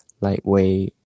lightweight